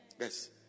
Yes